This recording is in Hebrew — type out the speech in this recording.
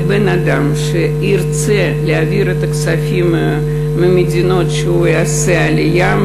לבן-אדם שירצה להעביר את הכספים מהמדינה שממנה הוא יעשה עלייה,